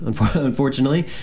unfortunately